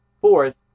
fourth